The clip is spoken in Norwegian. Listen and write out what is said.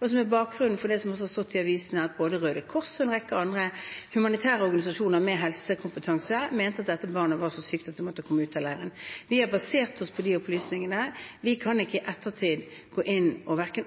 også har stått i avisene, at både Røde Kors og en rekke andre humanitære organisasjoner med helsekompetanse mente at dette barnet var så sykt at det måtte komme ut av leiren. Vi har basert oss på de opplysningene. Vi kan ikke i ettertid